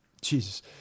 Jesus